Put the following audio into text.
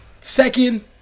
Second